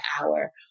hour